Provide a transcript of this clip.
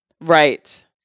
Right